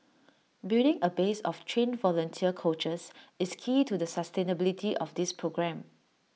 building A base of trained volunteer coaches is key to the sustainability of this programme